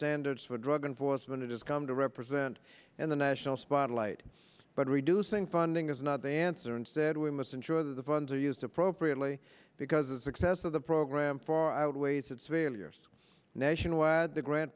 standards for drug enforcement it has come to represent in the national spotlight but reducing funding is not the answer instead we must ensure that the funds are used appropriately because a success of the program for outweighs its veil yes nationwide the gra